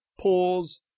pause